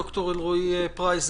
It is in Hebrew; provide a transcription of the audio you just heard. ד"ר אלרעי-פרייס,